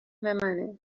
منه